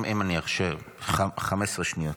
אם יורשה לי 15 שניות,